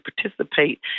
participate